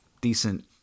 decent